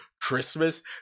christmas